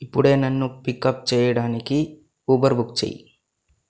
ఇప్పుడే నన్ను పికప్ చేయడానికి ఉబర్ బుక్ చేయి